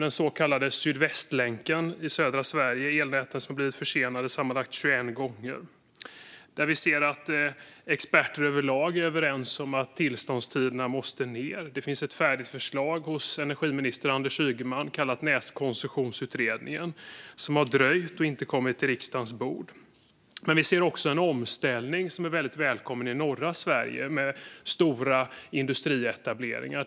Den så kallade Sydvästlänken, som ska vara en del av elnäten i södra Sverige, har blivit försenad sammanlagt 21 gånger, vilket är ett haveri. Experter är överlag överens om att tillståndstiderna måste ned. Det finns hos energiminister Anders Ygeman ett färdigt förslag från Nätkoncessionsutredningen, men det har dröjt och har inte kommit till riksdagens bord. Vi ser också en väldigt välkommen omställning i norra Sverige med stora industrietableringar.